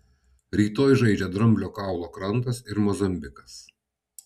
rytoj žaidžia dramblio kaulo krantas ir mozambikas